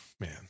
Man